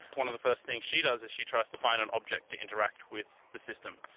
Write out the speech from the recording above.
one of the first things she does is she tries to find an object to interact with the system.